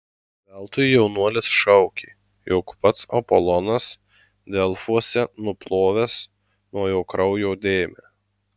veltui jaunuolis šaukė jog pats apolonas delfuose nuplovęs nuo jo kraujo dėmę